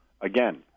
Again